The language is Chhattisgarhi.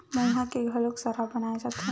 मउहा के घलोक सराब बनाए जाथे